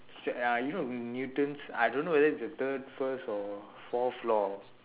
uh you know new~ newton's I don't whether is it the third first or fourth law